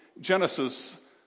Genesis